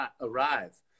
arrive